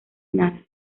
nada